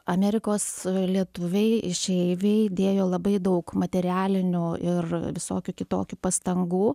amerikos lietuviai išeiviai dėjo labai daug materialinių ir visokių kitokių pastangų